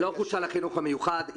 היא לא חודשה לחינוך המיוחד.